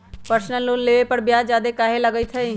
Personal loan लेबे पर ब्याज ज्यादा काहे लागईत है?